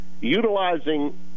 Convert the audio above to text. utilizing